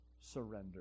surrender